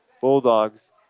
Bulldogs